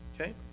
Okay